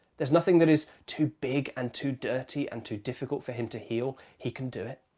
there's nothing that is too big and too dirty and too difficult for him to heal. he can do it.